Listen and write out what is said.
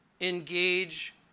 engage